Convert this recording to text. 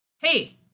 Hey